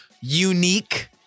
unique